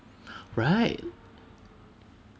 right